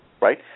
right